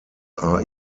are